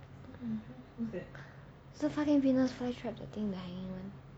is a fucking venus fly trap the thing dying [one]